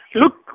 look